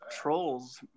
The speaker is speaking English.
trolls